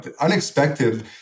unexpected